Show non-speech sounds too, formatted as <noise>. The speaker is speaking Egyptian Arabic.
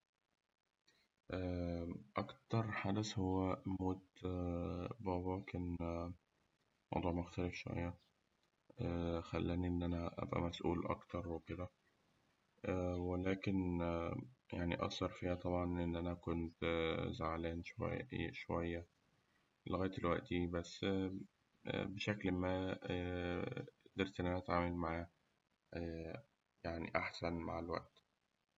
<hesitation> أكتر حدث كان موت بابا كان <hesitation> موضوع مختلف شوية، خلاني إن أنا أبقى مسئول أكتر وكده، ولكن أثر فيا طبعاً <hesitation> لأن أنا كنت زعل- زعلان شوية لغاية الوقتي بس <hesitation> بس بشكل ما قدرت إن أنا أتعامل معاه يعني أحسن مع الوقت.